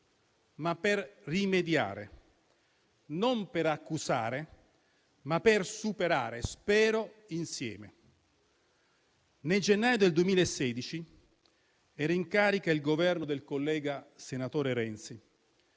ma per rimediare; non per accusare, ma per superare, spero insieme. Nel gennaio 2016 era in carica il Governo del collega senatore Renzi;